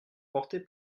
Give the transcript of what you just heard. porter